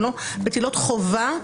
הן לא מטילות חובה,